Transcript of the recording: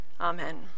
Amen